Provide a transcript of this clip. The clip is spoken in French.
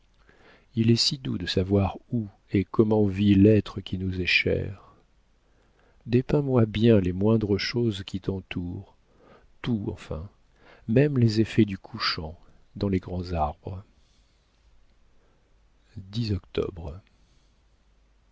il est si doux de savoir où et comment vit l'être qui nous est cher dépeins moi bien les moindres choses qui t'entourent tout enfin même les effets du couchant dans les grands arbres